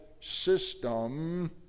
system